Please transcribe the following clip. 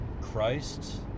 Christ